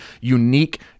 unique